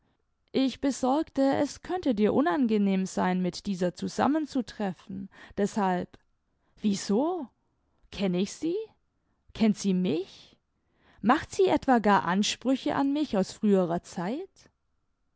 ich besorgte es könnte dir unangenehm sein mit dieser zusammen zu treffen deßhalb wie so kenn ich sie kennt sie mich macht sie etwa gar ansprüche an mich aus früherer zeit